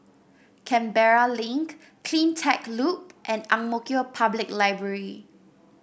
Canberra Link CleanTech Loop and Ang Mo Kio Public Library